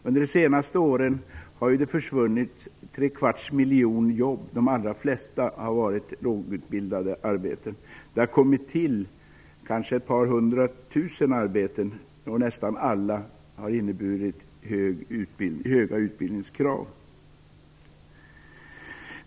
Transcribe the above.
Under de senaste åren har det försvunnit tre kvarts miljon jobb, de allra flesta har varit arbeten för lågutbildade. Det har kommit till kanske ett par hundra tusen arbeten. Nästan alla har ställt krav på hög utbildning.